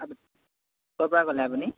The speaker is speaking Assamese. ক'ৰ পৰা ক'লে আপুনি